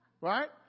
right